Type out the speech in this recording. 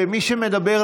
ומי שמדבר,